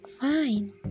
fine